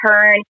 turn